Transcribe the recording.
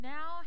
Now